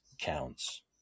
counts